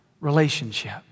relationship